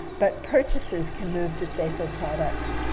but purchasers can move to safer products.